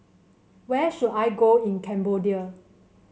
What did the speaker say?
where should I go in Cambodia